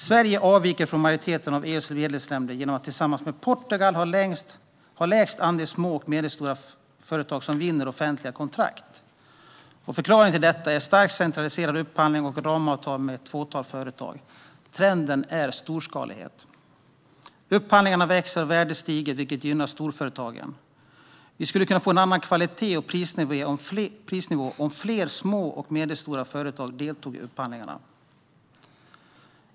Sverige avviker från majoriteten av EU:s medlemsländer genom att tillsammans med Portugal ha lägst andel små och medelstora företag som vinner offentliga kontrakt. Förklaringen är en starkt centraliserad upphandling och ramavtal med ett fåtal företag. Trenden är storskalighet. Upphandlingarna växer, och värdet stiger, vilket gynnar storföretag. Vi skulle kunna få en annan kvalitet och prisnivå om fler små och medelstora företag deltog i upphandlingar.